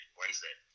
wednesday